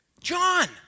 John